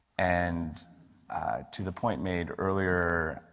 and to the point made earlier,